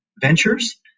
Ventures